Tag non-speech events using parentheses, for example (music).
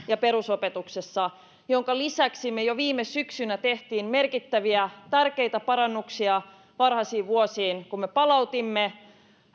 (unintelligible) ja perusopetuksessa minkä lisäksi me jo viime syksynä teimme merkittäviä tärkeitä parannuksia varhaisiin vuosiin kun me palautimme